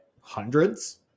hundreds